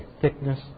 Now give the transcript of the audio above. thickness